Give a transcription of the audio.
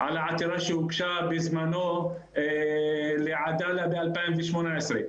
על העתירה שהוגשה בזמנו לעדאלה ב-2018,